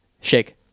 Shake